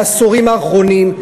בעשורים האחרונים,